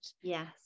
Yes